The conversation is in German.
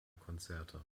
konzerte